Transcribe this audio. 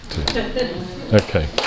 Okay